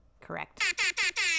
Correct